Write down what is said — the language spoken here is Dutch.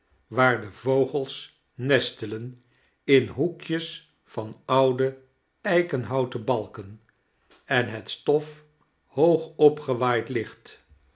waar de vogels nestetan in lioekjes van oude eikenhiouten biilkeu en het stof hoog opgewaaid ligt